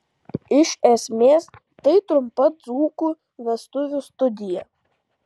iš esmės tai trumpa dzūkų vestuvių studija